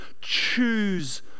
choose